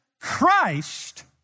Christ